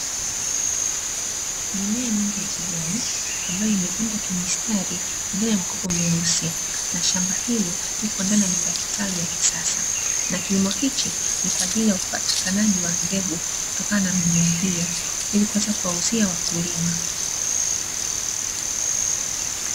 Mimea mingi ya kijani, ambayo imepandwa kimstari ndani ya makopo meusi na shamba hilo lipo ndani ya nyumba kitalu ya kisasa, na kilimo hichi ni kwa ajili ya upatikanaji wa mbegu kutokana na mimea hiyo ilikuweza kuwauzia wakulima.